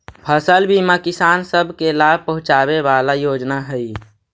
फसल बीमा किसान सब के लाभ पहुंचाबे वाला योजना हई